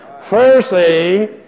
Firstly